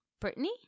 Brittany